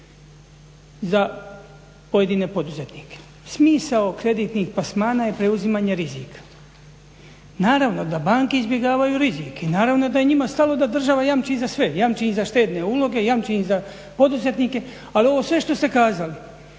za pojedine poduzetnike. Smisao kreditnih plasmana je preuzimanje rizika. Naravno da banke izbjegavaju rizik i naravno da je njima stalo da država jamči i za sve, jamči i za štedne uloge, jamči i za poduzetnike. Ali ovo sve što ste kazali